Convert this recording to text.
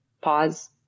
pause